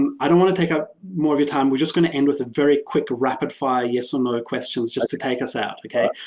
um i don't want to take up more of your time. we're just going to end with a very quick rapid fire, yes or no questions just to take us out. okay.